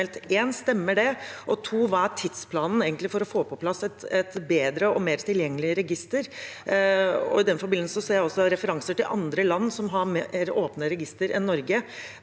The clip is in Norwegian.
1) Stemmer det? 2) Hva er tidsplanen for å få på plass et bedre og mer tilgjengelig register? I den forbindelse ser jeg at det er referanser til andre land som har åpnere register enn Norge.